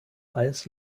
eis